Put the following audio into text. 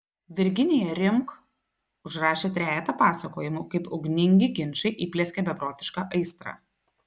virginija rimk užrašė trejetą pasakojimų kaip ugningi ginčai įplieskė beprotišką aistrą